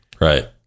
Right